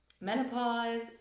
menopause